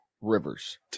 Rivers